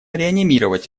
реанимировать